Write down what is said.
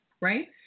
right